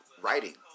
writing